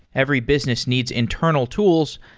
every business needs internal tools,